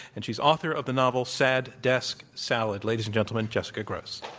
and she's author of the novel sad desk salad. ladies and gentlemen, jessica grose.